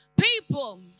people